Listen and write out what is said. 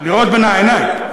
לירות בין העיניים.